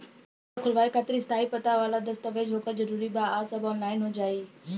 खाता खोलवावे खातिर स्थायी पता वाला दस्तावेज़ होखल जरूरी बा आ सब ऑनलाइन हो जाई?